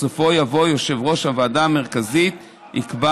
בסופו יבוא: יושב-ראש הוועדה המרכזית יקבע